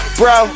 bro